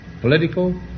political